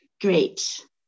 Great